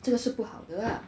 这个是不好的 lah